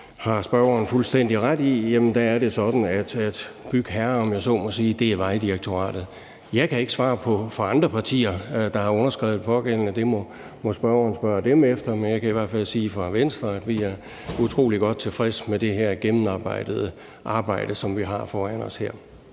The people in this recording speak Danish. har spørgeren fuldstændig ret i, at bygherren, om jeg så må sige, er Vejdirektoratet. Jeg kan ikke svare for andre partier, der har underskrevet det pågældende. Det må spørgeren spørge dem om, men jeg kan i hvert fald sige fra Venstres side, at vi er utrolig godt tilfredse med det her gennemarbejdede arbejde, som vi her har foran os.